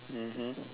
mmhmm